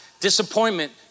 disappointment